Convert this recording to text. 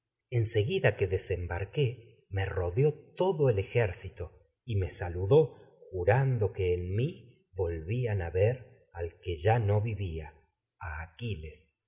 en segui da que desembarqué me rodeó todo el ejército y me saludó jurando que en vivía a mi volvían a ver aun al que ya no aquiles